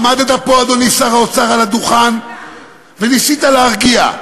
עמדת פה, אדוני שר האוצר, על הדוכן וניסית להרגיע.